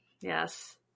Yes